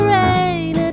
rain